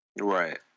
Right